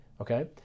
okay